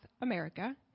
America